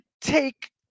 take